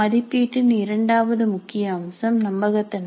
மதிப்பீட்டின் இரண்டாவது முக்கிய அம்சம் நம்பகத்தன்மை